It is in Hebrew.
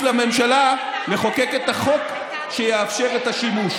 לממשלה לחוקק את החוק שיאפשר את השימוש.